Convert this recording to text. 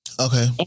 Okay